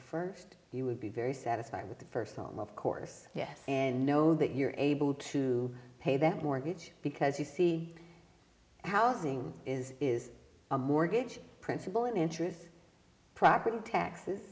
first you would be very satisfied with the first song of course yes and know that you're able to pay that mortgage because you see housing is is a mortgage principle and interest property taxes